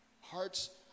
Hearts